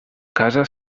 casa